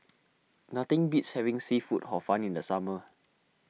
nothing beats having Seafood Hor Fun in the summer